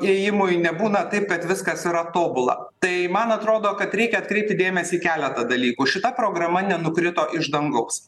ėjimui nebūna taip kad viskas yra tobula tai man atrodo kad reikia atkreipti dėmesį į keletą dalykų šita programa nenukrito iš dangaus